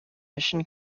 mission